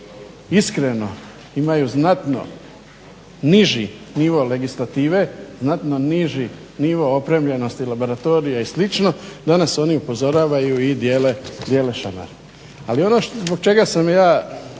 iskreno imaju znatno niži nivo legislative, znatno niži nivo opremljenosti laboratorija i slično da nas oni upozoravaju i dijele šamare. Ali ono zbog čega sam ja